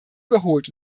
überholt